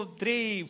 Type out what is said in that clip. three